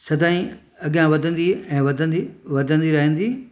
सदाईं अॻियां वधंदी ऐं वधंदी वधंदी रहंदी